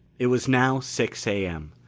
it was now six a m.